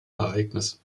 ereignis